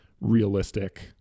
realistic